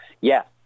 yes